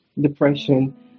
depression